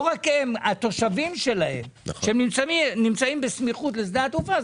לא רק הן אלא התושבים שלהן שנמצאים בסמיכות לשדה התעופה.